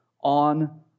on